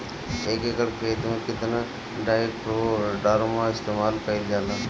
एक एकड़ खेत में कितना ट्राइकोडर्मा इस्तेमाल कईल जाला?